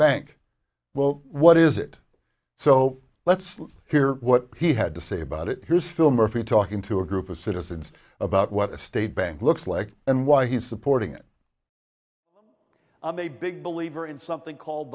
bank well what is it so let's hear what he had to say about it here's phil murphy talking to a group of citizens about what a state bank looks like and why he's supporting it i'm a big believer in something called